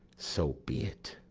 so be it!